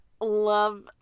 Love